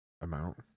amount